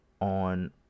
on